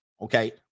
okay